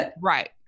Right